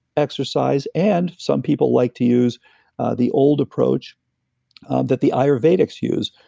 exercise, and some people like to use the old approach that the ayurvedics use,